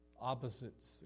Opposites